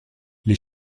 les